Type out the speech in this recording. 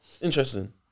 Interesting